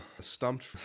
Stumped